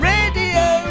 Radio